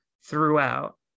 throughout